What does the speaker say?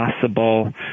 possible